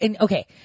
okay